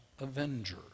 avenger